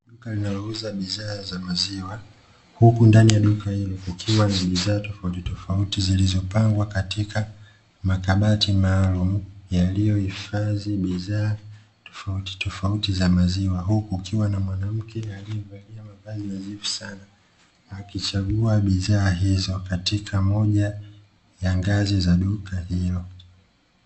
Duka linalouza bidhaa za maziwa, huku ndani ya duka hilo kukiwa na bidhaa tofauti tofauti, zilizopangwa katika makabati maalumu, yaliyohifadhi bidhaa tofautitofauti za maziwa. Huku kukiwa na mwanamke aliyevalia mavazi nadhifu sana, akichagua bidhaa hizo katika moja ya ngazi za duka hilo.